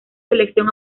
selección